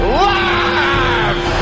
live